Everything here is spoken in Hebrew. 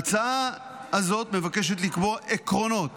ההצעה הזאת מבקשת לקבוע עקרונות